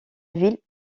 ville